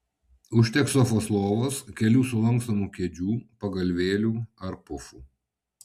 užteks sofos lovos kelių sulankstomų kėdžių pagalvėlių ar pufų